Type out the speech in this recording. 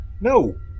No